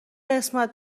قسمت